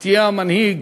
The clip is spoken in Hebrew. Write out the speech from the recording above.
תהיה המנהיג,